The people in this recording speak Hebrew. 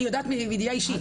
אני יודעת מידיעה אישית.